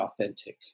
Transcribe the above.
authentic